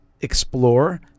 explore